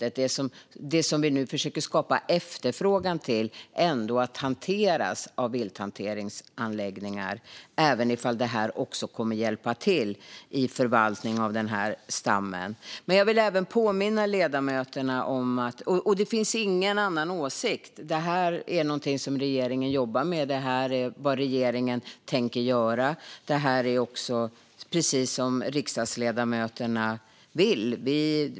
Det är det som gör att vi säljer köttet som vi nu försöker skapa efterfrågan på, även om försäljningen kommer att hjälpa till i förvaltningen av stammen. Det finns ingen annan åsikt här. Detta är någonting som regeringen jobbar med. Det här är vad regeringen tänker göra. Det är också precis vad riksdagsledamöterna vill.